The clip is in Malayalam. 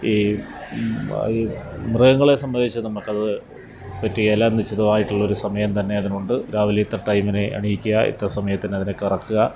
ഈ മൃഗങ്ങളെ സംബന്ധിച്ച് നമ്മൾക്ക് അത് പറ്റുകയില്ല നിശ്ചിതമായിട്ടുള്ള ഒരു സമയം തന്നെ അതിനുണ്ട് രാവിലെ ഇത്ര ടൈമിന് എണീക്കുക ഇത്ര സമയത്തിന് അതിനെ കറക്കുക